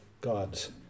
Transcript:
God's